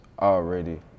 already